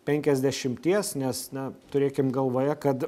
penkiasdešimties nes na turėkim galvoje kad